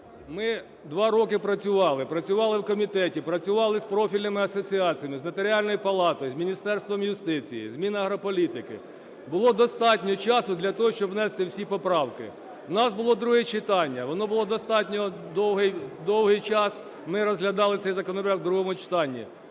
ми 2 роки працювали. Працювали в комітеті, працювали з профільними асоціаціями, з Нотаріальною палатою, з Міністерством юстиції, з Мінагрополітики, було достатньо часу для того, щоб внести всі поправки. У нас було друге читання, воно було достатньо довгий час, ми розглядали цей законопроект у другому читанні,